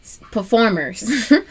performers